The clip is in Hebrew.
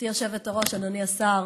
גברתי היושבת-ראש, אדוני השר,